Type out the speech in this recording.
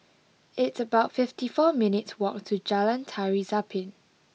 it's about fifty four minutes' walk to Jalan Tari Zapin